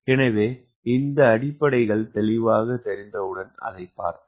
எனவே இந்த அடிப்படைகள் தெளிவாகத் தெரிந்தவுடன் அதைப் பார்ப்போம்